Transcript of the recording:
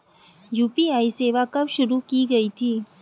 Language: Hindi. यू.पी.आई सेवा कब शुरू की गई थी?